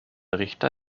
richter